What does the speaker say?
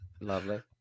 Lovely